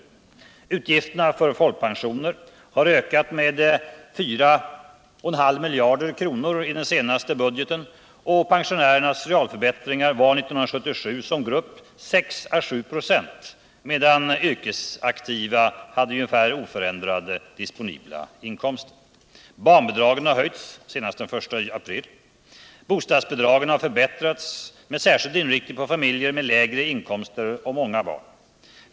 Utgifterna för folkpensionerna har i den senaste budgeten ökat med 4,5 miljarder kronor. Realförbättringen för pensionärerna som grupp var 6 å 7 "6 år 1977, medan de yrkesaktiva hade ungefär oförändrad disponibel inkomst. Barnbidragen har höjts senast den 1 april. Bostadsbidragen har förbättrats, med särskild inriktning på familjer med lägre inkomster och många barn.